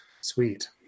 sweet